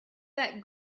that